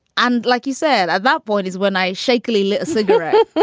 and like you said at that point is when i shakily lit a cigarette